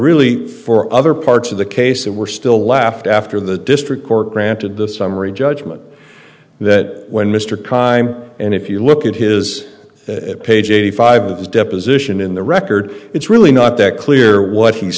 really for other parts of the case and we're still left after the district court granted the summary judgment that when mr khan and if you look at his page eighty five of his deposition in the record it's really not that clear what he's